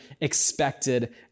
expected